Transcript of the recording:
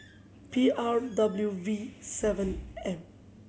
P R W V seven M